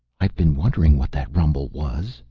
i've been wondering what that rumble was,